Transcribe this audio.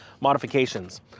modifications